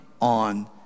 on